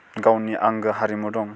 गावनि आंगो हारिमु दं